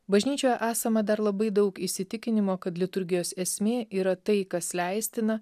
bažnyčioje esama dar labai daug įsitikinimo kad liturgijos esmė yra tai kas leistina